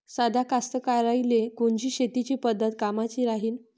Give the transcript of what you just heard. साध्या कास्तकाराइले कोनची शेतीची पद्धत कामाची राहीन?